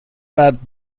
مرد